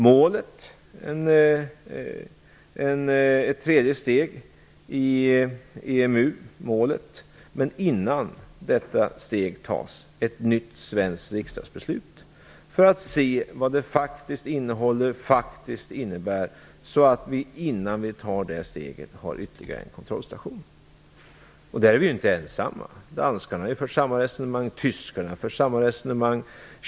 Målet är ett tredje steg in i EMU, men innan detta steg tas skall ett nytt svenskt riksdagsbeslut fattas. Detta skall ske för att man skall se vad det faktiskt innebär. Innan vi tar detta steg finns det alltså ytterligare en kontrollstation. I det här avseendet är vi inte ensamma. Danskarna och tyskarna har fört samma resonemang.